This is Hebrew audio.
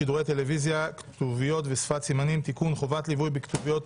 חוק שידורי טלוויזיה (כתוביות ושפת סימנים) (תיקון - חובת ליווי בכתוביות